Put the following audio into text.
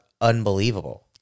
unbelievable